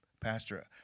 pastor